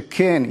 שכן,